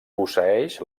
posseeix